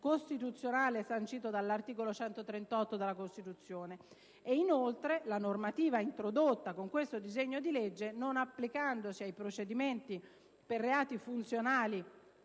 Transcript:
costituzionale sancito dall'articolo 138 della Costituzione. Inoltre, la normativa introdotta con questo disegno di legge, non applicandosi ai procedimenti per reati funzionali